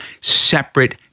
separate